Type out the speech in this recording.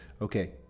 Okay